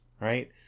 right